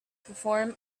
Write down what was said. perform